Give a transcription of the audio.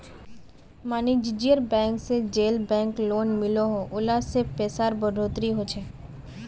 वानिज्ज्यिक बैंक से जेल बैंक लोन मिलोह उला से पैसार बढ़ोतरी होछे